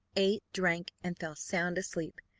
ate, drank, and fell sound asleep,